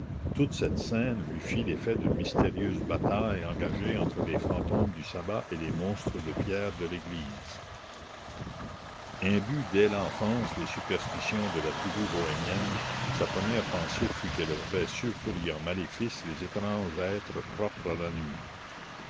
toute cette scène lui fit l'effet d'une mystérieuse bataille engagée entre les fantômes du sabbat et les monstres de pierre de l'église imbue dès l'enfance des superstitions de la tribu bohémienne sa première pensée fut qu'elle avait surpris en maléfice les étranges êtres propres à la nuit